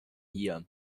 hier